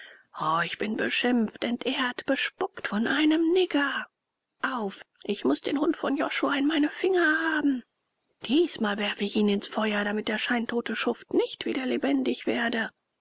o ich bin beschimpft entehrt bespukt von einem nigger auf ich muß den hund von josua in meine finger haben diesmal werfe ich ihn ins feuer damit der scheintote schuft nicht wieder lebendig werde